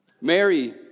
Mary